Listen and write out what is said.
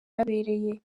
byabereye